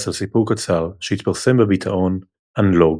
על סיפור קצר שהתפרסם בביטאון "אנלוג"